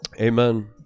Amen